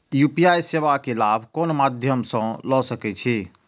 UPI सेवा के लाभ कोन मध्यम से ले सके छी?